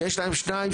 שיש להם 2,